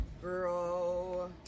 bro